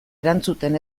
erantzuten